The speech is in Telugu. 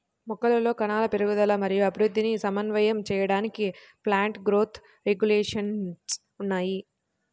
మొక్కలలో కణాల పెరుగుదల మరియు అభివృద్ధిని సమన్వయం చేయడానికి ప్లాంట్ గ్రోత్ రెగ్యులేషన్స్ ఉన్నాయి